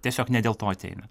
tiesiog ne dėl to ateina